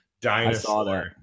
dinosaur